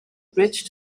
bridge